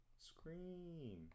Scream